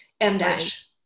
M-Dash